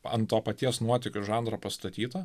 ant to paties nuotykių žanro pastatyto